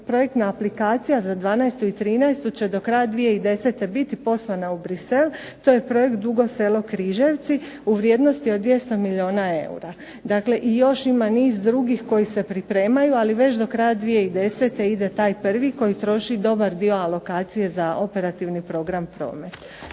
projektna aplikacija za 2012. i 2013. i do kraja 2010. će biti poslana u Bruxelles to je projekt Dugo Selo-Križevci u vrijednosti 200 milijuna eura. Ima i još niz drugih koji se pripremaju ali već do kraja 2010. ide taj prvi koji troši dobar dio alokacije za operativni program promet.